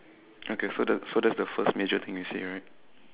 okay so the so that's the first major thing you see right